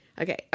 Okay